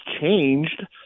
changed